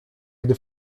gdy